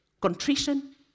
contrition